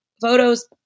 photos